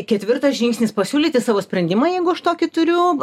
ketvirtas žingsnis pasiūlyti savo sprendimą jeigu aš tokį turiu